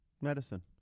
Medicine